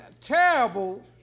terrible